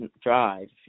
Drive